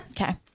Okay